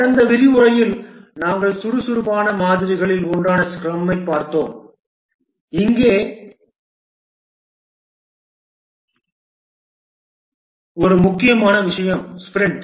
கடந்த சொற்பொழிவில் நாங்கள் சுறுசுறுப்பான மாதிரிகளில் ஒன்றான ஸ்க்ரமைப் பார்த்தோம் இங்கே ஒரு முக்கியமான விஷயம் ஸ்பிரிண்ட்